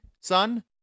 son